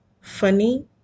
funny